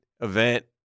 event